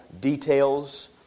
details